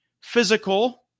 physical